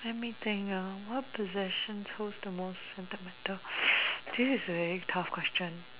let me think ah what possession pose the most sentimental this is a very tough question